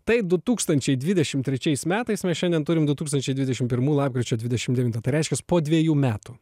tai tu dūkstančiai dvidešim trečiais metais mes šiandien turim du tūkstančiai dvidešim pirmų lapkričio dvidešim devintą tai reiškias po dvejų metų